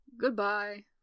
Goodbye